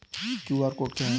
QR code क्या है?